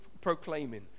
proclaiming